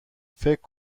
فکر